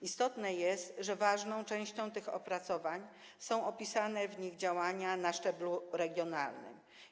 Istotne jest, że ważną częścią tych opracowań są opisane w nich działania na szczeblu regionalnym.